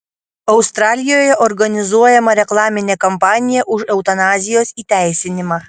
australijoje organizuojama reklaminė kampanija už eutanazijos įteisinimą